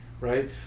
Right